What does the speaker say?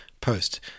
post